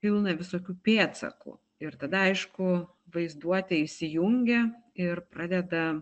pilna visokių pėdsakų ir tada aišku vaizduotė įsijungia ir pradeda